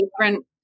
different